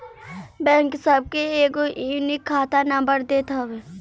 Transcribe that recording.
bank सबके एगो unique खाता नंबर देत हवे